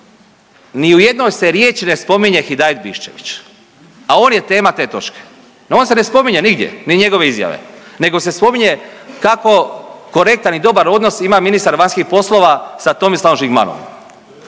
ni u jednoj se riječi ne spominje Hidajet Biščević, a on je tema te točke, no on se ne spominje nigdje, ni njegove izjave, nego se spominje kako korektan u dobar odnos ima ministar vanjskih poslova sa Tomislavom Žigmanovom.